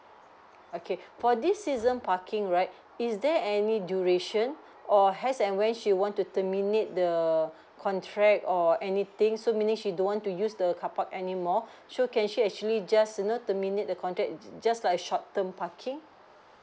okay for this season parking right is there any duration or has and when she want to terminate the contract or anything so meaning she don't want to use the car park anymore so can she actually just you know terminate the contact just like a short term parking